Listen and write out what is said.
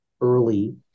early